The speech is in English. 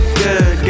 good